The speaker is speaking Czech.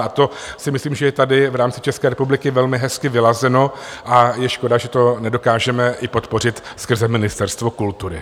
A to si myslím, že je tady v rámci České republiky velmi hezky vyladěno, a je škoda, že to nedokážeme i podpořit skrze Ministerstvo kultury.